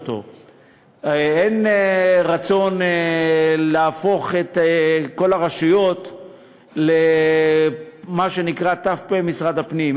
אין רצון להפוך את כל הרשויות למה שנקרא: ת"פ משרד הפנים.